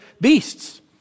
beasts